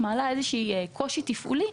וזה מעלה איזשהו קושי תפעולי,